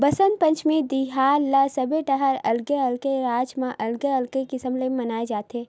बसंत पंचमी तिहार ल सबे डहर अलगे अलगे राज म अलगे अलगे किसम ले मनाए जाथे